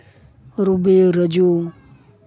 ᱨᱚᱵᱤ ᱨᱟᱹᱡᱩ